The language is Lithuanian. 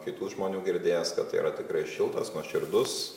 kitų žmonių girdėjęs kad tai yra tikrai šiltas nuoširdus